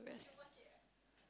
rest